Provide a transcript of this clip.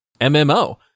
MMO